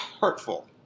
hurtful